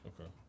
Okay